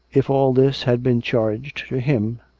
if all this had been charged, to him,